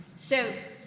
so,